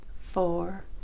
four